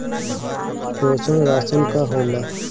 पोषण राशन का होला?